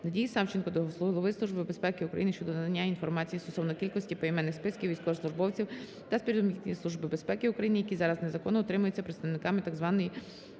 Надії Савченко до голови Служби безпеки України щодо надання інформації стосовно кількості, поіменних списків військовослужбовців та співробітників Служби безпеки України, які зараз незаконно утримуються представниками т.зв.